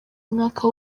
umwaka